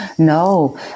no